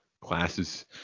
classes